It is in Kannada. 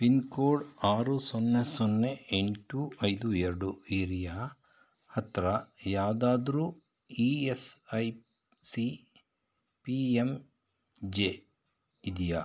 ಪಿನ್ ಕೋಡ್ ಆರು ಸೊನ್ನೆ ಸೊನ್ನೆ ಎಂಟು ಐದು ಎರಡು ಏರಿಯಾ ಹತ್ತಿರ ಯಾವುದಾದ್ರು ಈ S I C P M J ಇದ್ದೀಯ